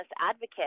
advocate